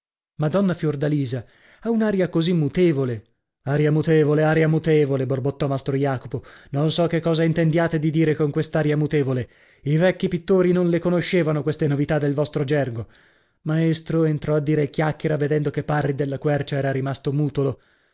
madonna fiordalisa ha un'aria così mutevole aria mutevole aria mutevole borbottò mastro jacopo non so che cosa intendiate di dire con quest'aria mutevole i vecchi pittori non le conoscevano queste novità del vostro gergo maestro entrò a dire il chiacchiera vedendo che parri della quercia era rimasto mutolo